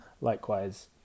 Likewise